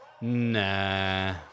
Nah